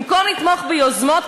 במקום לתמוך ביוזמות,